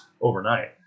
Overnight